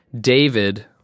David